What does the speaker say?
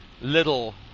little